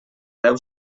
deu